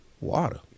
water